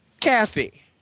Kathy